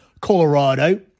Colorado